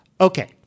Okay